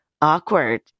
awkward